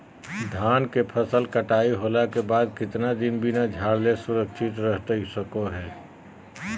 धान के फसल कटाई होला के बाद कितना दिन बिना झाड़ले सुरक्षित रहतई सको हय?